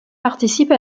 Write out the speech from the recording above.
participe